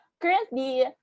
currently